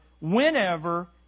whenever